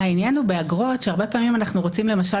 העניין הוא באגרות שהרבה פעמים אנחנו רוצים למשל